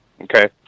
Okay